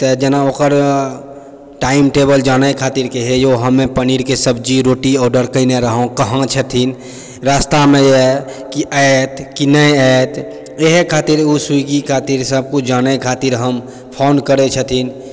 तऽ जेना ओकर टाइम टेबल जानै खातिर की हेऔ हमे पनीरके सब्जी रोटी ऑडर केने रहोँ कहाँ छथिन रास्तामे अइ की आएत की नहि आएत एहि खातिर ओ स्विग्गी खातिर सब कुछ जानै खातिर हम फोन करै छथिन